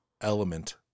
element